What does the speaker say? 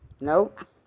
Nope